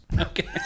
Okay